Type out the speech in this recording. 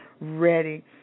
Ready